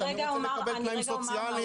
אני רוצה לקבל תנאים סוציאליים.